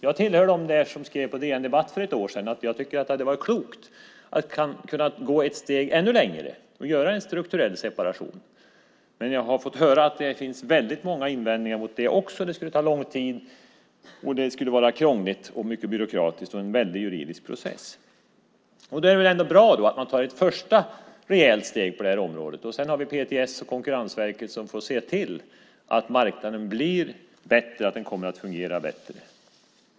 Jag tillhör dem som skrev på DN Debatt för ett år sedan att det hade varit klokt att gå ännu ett steg längre och göra en strukturell separation. Men jag har fått höra att det finns väldigt många invändningar mot det också. Det skulle ta lång tid, det skulle vara krångligt, mycket byråkratiskt och en väldig juridisk process. Då är det väl bra att man tar ett första rejält steg på området. Sedan har vi PTS och Konkurrensverket som får se till att marknaden blir bättre, att den kommer att fungera bättre.